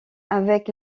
avec